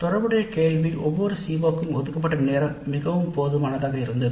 தொடர்புடைய கேள்வி ஒவ்வொரு CO க்கும் ஒதுக்கப்பட்ட நேரம் மிகவும் போதுமானதாக இருந்தது